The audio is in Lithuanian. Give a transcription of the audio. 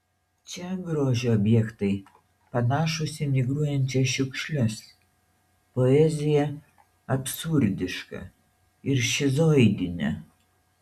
čia grožio objektai panašūs į migruojančias šiukšles poezija absurdiška ir šizoidinė